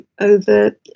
over